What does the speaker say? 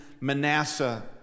Manasseh